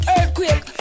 Earthquake